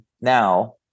Now